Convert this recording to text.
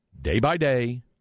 day-by-day